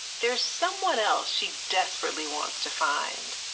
there's someone else she desperately wants to find.